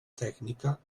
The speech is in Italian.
tecnica